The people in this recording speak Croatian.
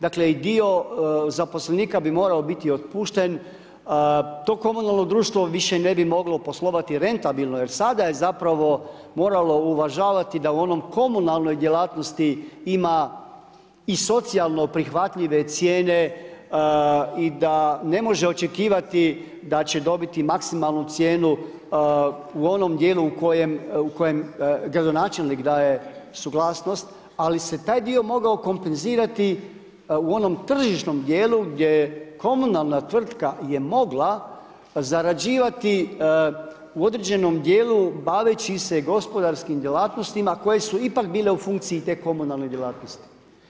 Dakle, i dio zaposlenika bi moramo biti otpušten, to komunalno društvo više ne bi moglo poslovati rentabilno jer sada je zapravo moralo uvažavati da u onoj komunalnoj djelatnosti ima i socijalno prihvatljive cijene i da ne može očekivati da će dobiti maksimalnu cijenu u onom djelu u kojem gradonačelnik daje suglasnost ali se taj dio mogao kompenzirati u onom tržišnog djelu gdje je komunalna tvrtka mogla zarađivati u određenom djelu baveći se gospodarskim djelatnostima koje su ipak bile u funkciji te komunalne djelatnosti.